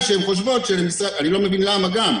אני גם לא מבין למה,